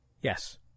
Yes